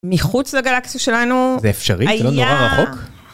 מחוץ לגלקסיה שלנו, זה אפשרי, זה לא נורא רחוק.